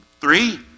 Three